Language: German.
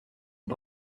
und